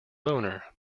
boner